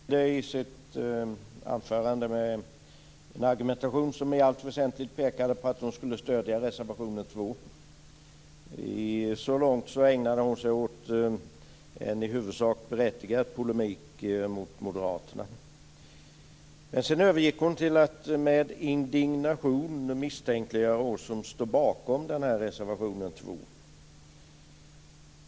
Fru talman! Ulla Wester inledde sitt anförande med en argumentation som i allt väsentligt pekade på att hon skulle stödja reservation 2. Så långt ägnade hon sig åt en i huvudsak berättigad polemik mot moderaterna. Sedan övergick Ulla Wester till att med indignation misstänkliggöra oss som står bakom reservation 2.